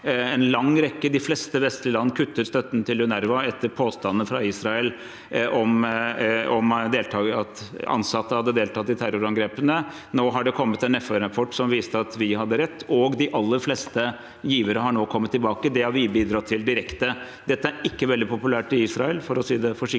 En lang rekke vestlige land – de fleste – kuttet støtten til UNRWA etter påstanden fra Israel om at ansatte hadde deltatt i terrorangrepene. Nå har det kommet en FN-rapport som viser at vi hadde rett, og de aller fleste giverne har nå kommet tilbake. Det har vi bidratt til direkte. Dette er ikke veldig populært i Israel, for å si det forsiktig.